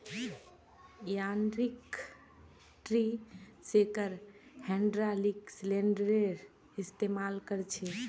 यांत्रिक tree shaker hydraulic सिलिंडरेर इस्तेमाल कर छे